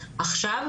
עכשיו,